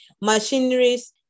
machineries